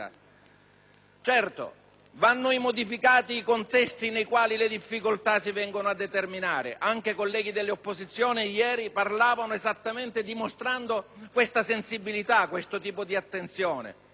Certamente vanno modificati i contesti nei quali le difficoltà si determinano. Anche i colleghi dell'opposizione ieri sono intervenuti dimostrando questa sensibilità e questo tipo di attenzione.